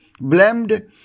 blamed